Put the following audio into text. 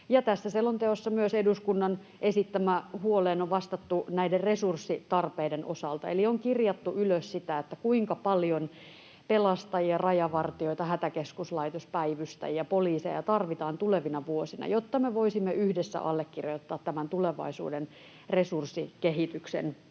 on vastattu myös eduskunnan esittämään huoleen näiden resurssitarpeiden osalta. Eli on kirjattu ylös sitä, kuinka paljon pelastajia, rajavartijoita, hätäkeskuslaitospäivystäjiä, poliiseja tarvitaan tulevina vuosina, jotta me voisimme yhdessä allekirjoittaa tämän tulevaisuuden resurssikehityksen